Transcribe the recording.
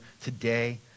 today